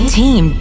team